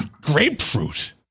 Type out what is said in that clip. Grapefruit